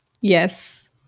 yes